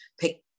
pick